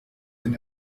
den